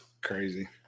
crazy